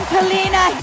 Kalina